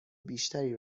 بیشتری